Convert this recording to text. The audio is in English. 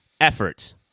effort